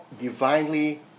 divinely